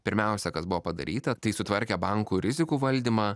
pirmiausia kas buvo padaryta tai sutvarkė bankų rizikų valdymą